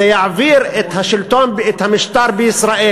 זה יעביר את השלטון ואת המשטר בישראל